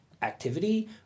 Activity